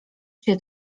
się